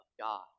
God